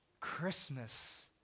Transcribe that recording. Christmas